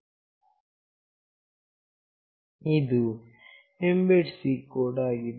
ಇದು Mbed C code ಆಗಿದೆ